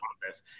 process